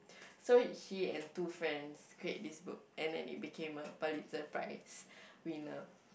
so she and two friends create this book and then it became a Pulitzer prize winner